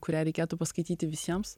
kurią reikėtų paskaityti visiems